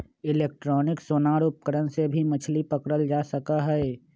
electronic sonar उपकरण से भी मछली पकड़ल जा सका हई